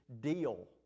deal